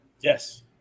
Yes